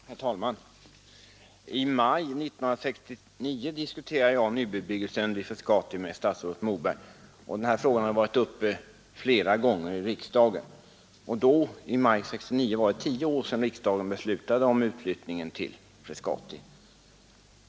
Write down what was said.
Herr talman! I maj 1969 diskuterade jag nybebyggelsen vid Frescati med statsrådet Moberg. Frågan hade då redan varit uppe flera gånger i riksdagen, och i maj 1969 var det tio år sedan riksdagen beslutade om utflyttningen till Frescati.